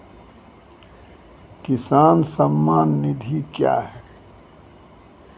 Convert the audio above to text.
किसान सम्मान निधि क्या हैं?